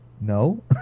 No